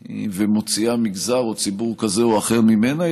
ומוציאה מגזר או ציבור כזה או אחר ממנה,